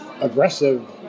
aggressive